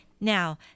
Now